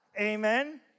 Amen